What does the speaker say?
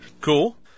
Cool